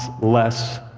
less